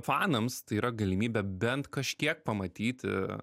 fanams tai yra galimybė bent kažkiek pamatyti